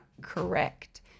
correct